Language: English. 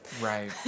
Right